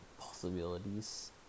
possibilities